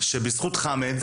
שבזכות חמד,